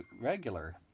regular